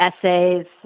essays